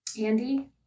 Andy